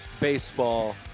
baseball